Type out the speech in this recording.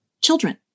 children